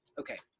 okay.